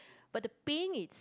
but the peng is